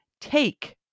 take